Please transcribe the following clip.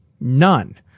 None